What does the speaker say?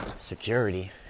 security